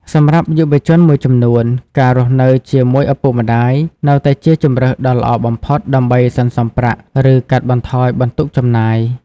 សម្រាប់យុវជនមួយចំនួន ការរស់នៅជាមួយឪពុកម្តាយនៅតែជាជម្រើសដ៏ល្អបំផុត ដើម្បីសន្សំប្រាក់ ឬកាត់បន្ថយបន្ទុកចំណាយ។